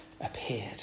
appeared